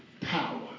power